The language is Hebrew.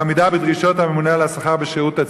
ועמידה בדרישות הממונה על השכר בשירות הציבורי.